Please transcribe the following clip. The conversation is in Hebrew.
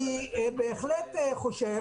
אני בהחלט חושב,